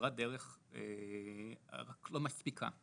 שכברת הדרך של התיקון לא מספיקה.